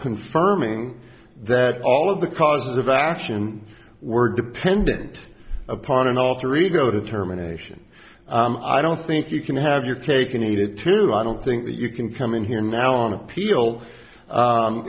confirming that all of the causes of action were dependent upon an alter ego determination i don't think you can have your cake and eat it too i don't think that you can come in here now on appeal